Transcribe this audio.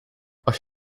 als